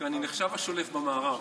אני נחשב השולף במערב,